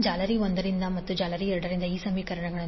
ಜಾಲರಿ 1 ಗಾಗಿ 10j20I1j10I260∠30° ಜಾಲರಿ 2 ಗಾಗಿ j4j16I2j10I10⇒I1 1